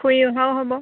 ফুৰি অহাও হ'ব